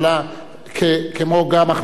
כמו גם החלטות הכנסת.